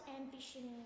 ambition